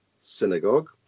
Synagogue